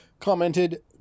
commented